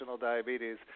diabetes